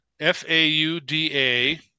F-A-U-D-A